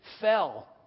fell